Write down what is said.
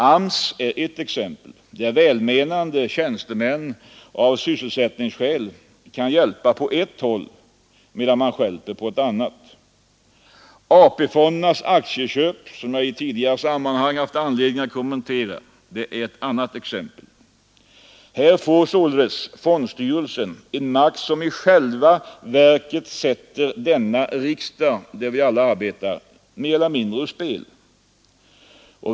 AMS är ett exempel, där välmenande tjänstemän av sysselsättningsskäl kan hjälpa på ett håll medan man stjälper på ett annat. AP-fondernas aktieköp är ett annat exempel. Här får fondstyrelsen en makt som i själva verket sätter denna riksdag där vi alla arbetar mer eller mindre ur spel.